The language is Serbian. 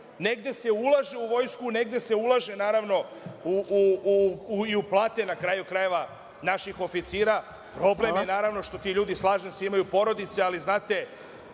Negde se ulaže u vojsku, negde se ulaže naravno i u plate, na kraju krajeva, naših oficira. Problem je naravno što ti ljudi, slažem se, imaju porodice, ali, znate,